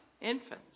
infants